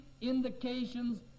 indications